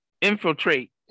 infiltrate